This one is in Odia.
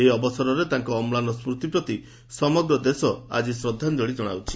ଏହି ଅବସରରେ ତାଙ୍କର ଅମ୍ଳାନ ସ୍କୁତି ପ୍ରତି ସମଗ୍ର ଦେଶ ଆଜି ଶ୍ରଦ୍ଧାଞ୍ଞଳି ଜଣାଉଛି